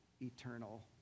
eternal